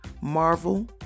marvel